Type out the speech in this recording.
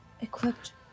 equipped